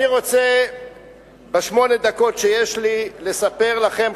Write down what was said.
אני רוצה בשמונה הדקות שיש לי לספר לכם,